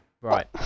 Right